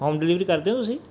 home delivery ਕਰਦੇ ਹੋ ਤੁਸੀਂ